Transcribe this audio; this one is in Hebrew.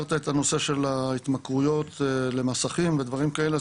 הזכרת את נושא ההתמכרויות למסכים ודברים כאלה,